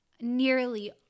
nearly